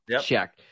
Check